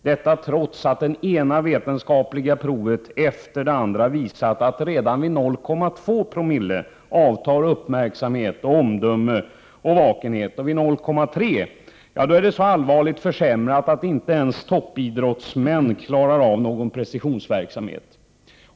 Detta trots att det ena vetenskapliga provet efter det andra visat att redan vid 0,2 promille avtar uppmärksamhet, omdöme och vakenhet och att vid 0,3 är försämringen så allvarlig att inte ens toppidrottsmän klarar av någon precisionsverksamhet.